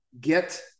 get